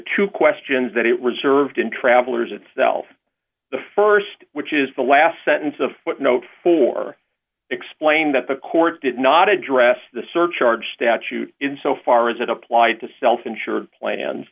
two questions that it reserved in travelers itself the st which is the last sentence of footnote four explained that the court did not address the surcharge statute in so far as it applied to self insured plans